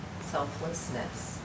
Selflessness